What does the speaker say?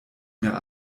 mir